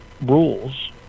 rules